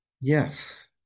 Yes